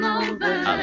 over